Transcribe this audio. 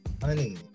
Honey